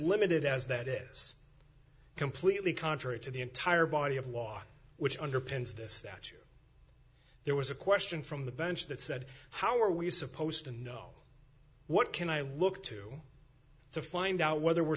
limited as that is completely contrary to the entire body of law which underpins this that you there was a question from the bench that said how are we supposed to know what can i look to to find out whether we're